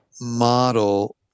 model